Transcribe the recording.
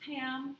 Pam